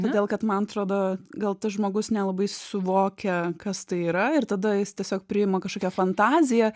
todėl kad man atrodo gal tas žmogus nelabai suvokia kas tai yra ir tada jis tiesiog priima kažkokią fantaziją